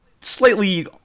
slightly